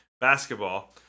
basketball